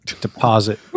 deposit